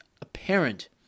apparent